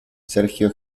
sergio